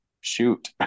shoot